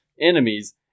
enemies